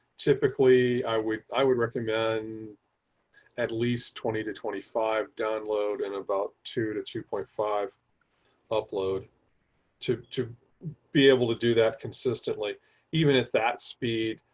typically i would, i would recommend at least twenty to twenty five download and about two to two point five upload to be able to do that consistently even at that speed,